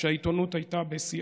כשהעיתונות הייתה בשיאה,